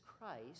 Christ